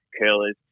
curlers